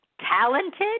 talented